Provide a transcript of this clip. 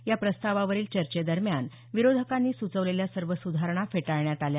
या प्रस्तावावरील चर्चेदरम्यान विरोधकांनी सुचवलेल्या सर्व सुधारणा फेटाळण्यात आल्या